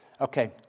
Okay